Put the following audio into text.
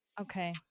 okay